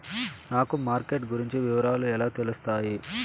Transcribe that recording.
నాకు మార్కెట్ గురించి వివరాలు ఎలా తెలుస్తాయి?